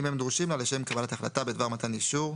אם הם דרושים לה לשם קבלת החלטה בדבר מתן אישור,